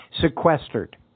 sequestered